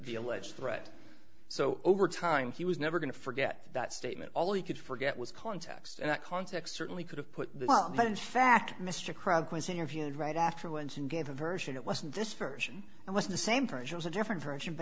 the alleged threat so over time he was never going to forget that statement all he could forget was context and that context certainly could have put but in fact mr kronk was interviewed right afterwards and gave a version it wasn't this version and was the same for it was a different version